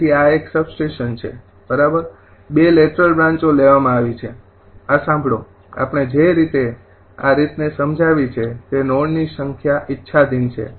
તેથી આ એક સબસ્ટેશન છે બરાબર 2 લેટરલ બ્રાંચો લેવામાં આવી છે આ સાંભળો આપણે જે રીતે આ રીતને સમજાવી છે તે નોડની સંખ્યા ઇચ્છાધીન છે